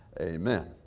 Amen